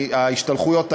ההשתלחויות האלה,